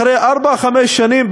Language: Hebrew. אחרי ארבע-חמש שנים,